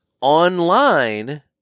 Online